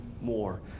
more